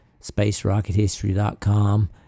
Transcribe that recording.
spacerockethistory.com